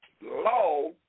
law